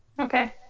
Okay